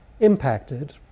Impacted